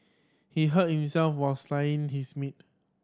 he hurt himself while slicing his meat